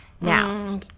Now